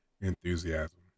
enthusiasm